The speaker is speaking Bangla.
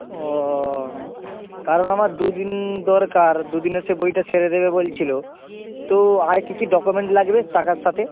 ও কারণ আমার দু দিন দরকার দু দিনে সে বইটা সেরে দেবে বলছিলো তো আর কী কী ডকুমেন্ট লাগবে টাকার সাথে